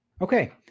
Okay